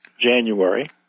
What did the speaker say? January